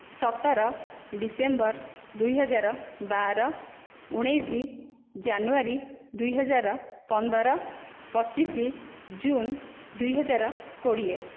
ସତର ଡିସେମ୍ବର ଦୁଇହଜାର ବାର ଉଣେଇଶ ଜାନୁଆରୀ ଦୁଇ ହଜାର ପନ୍ଦର ପଚିଶ ଜୁନ୍ ଦୁଇ ହଜାର କୋଡ଼ିଏ